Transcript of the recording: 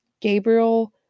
Gabriel